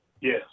Yes